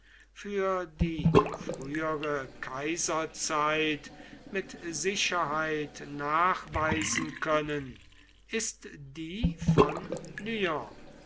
für die frühere kaiserzeit mit sicherheit nachweisen können ist die von